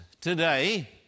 today